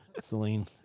Celine